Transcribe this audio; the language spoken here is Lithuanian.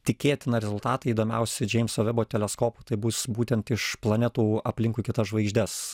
tikėtina rezultatai įdomiausi džeimso vebo teleskopu tai bus būtent iš planetų aplinkui kitas žvaigždes